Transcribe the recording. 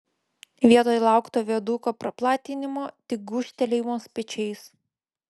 vietoj laukto viaduko praplatinimo tik gūžtelėjimas pečiais